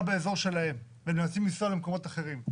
באזור שלהם והם נאלצים לנסוע למקומות אחרים.